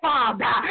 Father